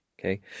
okay